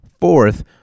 Fourth